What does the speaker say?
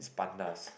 pandas